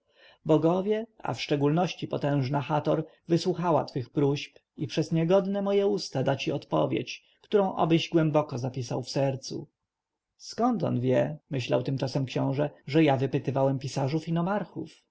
bogowie a w szczególności potężna hator wysłuchała twych próśb i przez niegodne moje usta da ci odpowiedź którą obyś głęboko zapisał w sercu skąd on wie myślał tymczasem książę że ja wypytywałem pisarzy i nomarchów